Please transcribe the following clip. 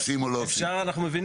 אפשר אנחנו מבינים.